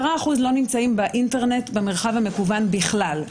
10% לא נמצאים באינטרנט במרחב המקוון בכלל.